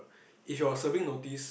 if you're serving notice